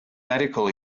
medical